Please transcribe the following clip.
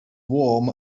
warm